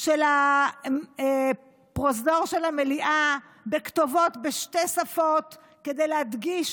של הפרוזדור של המליאה בכתובות בשתי שפות כדי להדגיש